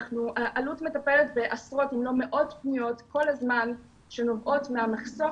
אלו"ט מטפלת בעשרות אם לא מאות פניות כל הזמן שנובעות מהמחסור